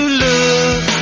look